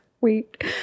wait